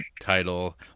title